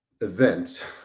event